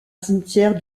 cimetière